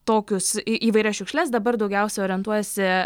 tokius į įvairias šiukšles dabar daugiausia orientuojasi